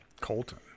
Colton